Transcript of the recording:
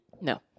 No